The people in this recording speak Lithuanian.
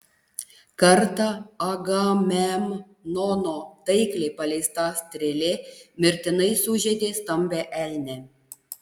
kartą agamemnono taikliai paleista strėlė mirtinai sužeidė stambią elnę